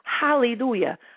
Hallelujah